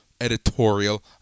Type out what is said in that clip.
editorial